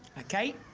ok